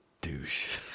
douche